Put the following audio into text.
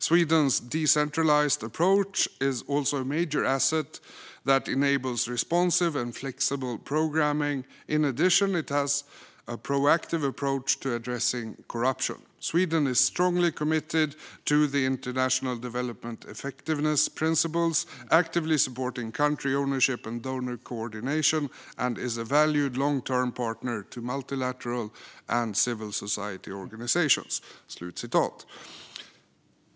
Sweden ́s decentralised approach is also a major asset that enables responsive and flexible programming. In addition, it has a proactive approach to addressing corruption. Sweden is strongly committed to the international development effectiveness principles, actively supporting country ownership and donor co-ordination, and is a valued, long-term partner to multilateral and civil society organisations."